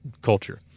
culture